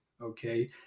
okay